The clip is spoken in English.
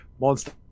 Monster